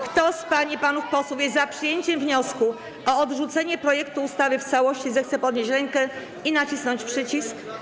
Kto z pań i panów posłów jest za przyjęciem wniosku o odrzucenie projektu ustawy w całości, zechce podnieść rękę i nacisnąć przycisk.